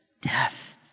death